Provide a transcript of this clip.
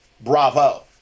bravo